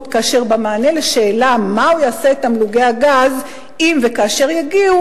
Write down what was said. כאשר במענה על שאלה מה הוא יעשה עם תמלוגי הגז אם וכאשר יגיעו,